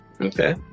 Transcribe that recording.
okay